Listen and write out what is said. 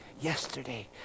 yesterday